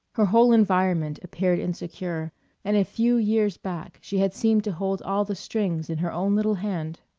her whole environment appeared insecure and a few years back she had seemed to hold all the strings in her own little hand.